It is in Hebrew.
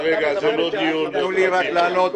--- רגע, זה לא דיון --- תנו לי לענות.